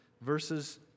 verses